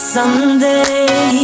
Someday